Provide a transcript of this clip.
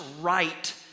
right